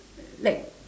like